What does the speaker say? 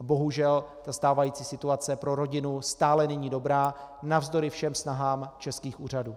A bohužel stávající situace pro rodinu stále není dobrá navzdory všem snahám českých úřadů.